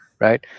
Right